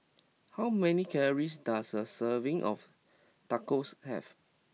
how many calories does a serving of Tacos have